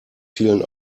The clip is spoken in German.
vielen